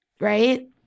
right